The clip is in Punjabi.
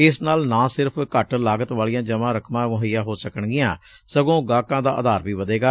ਇਸ ਨਾਲ ਨਾ ਸਿਰਫ਼ ਘੱਟ ਲਾਗਤ ਵਾਲੀਆਂ ਜਮ੍ਹਾਂ ਰਕਮਾਂ ਮੁਹੱਈਆ ਹੋ ਸਕਣਗੀਆਂ ਸਗੋਂ ਗਾਹਕਾਂ ਦਾ ਆਧਾਰ ਵੀ ਵਧੇਗਾ